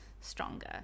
stronger